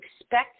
expect